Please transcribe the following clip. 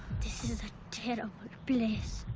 this is a terrible place.